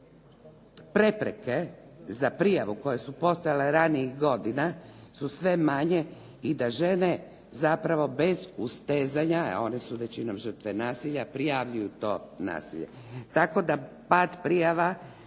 da prepreke za prijavu koje su postojale ranijih godina su sve manje i da žene zapravo bez ustezanja, jer one su većinom žrtve nasilja prijavljuju to nasilje.